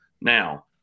now